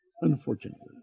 Unfortunately